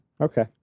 Okay